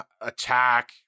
attack